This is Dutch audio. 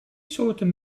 soorten